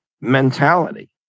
mentality